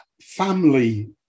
family